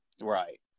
Right